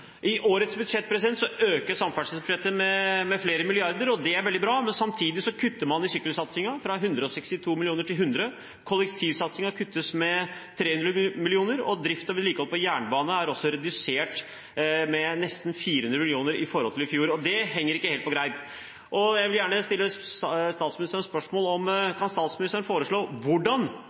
I årets budsjett økes samferdselsbudsjettet med flere milliarder, og det er veldig bra, men samtidig kutter man i sykkelsatsingen, fra 162 mill. kr til 100 mill. kr. Kollektivsatsingen kuttes med 300 mill. kr, og drift og vedlikehold av jernbane er også redusert med nesten 400 mill. kr i forhold til i fjor. Det henger ikke helt på greip. Jeg vil gjerne stille statsministeren et spørsmål. Kan statsministeren foreslå hvordan